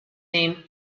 name